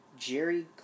Jerry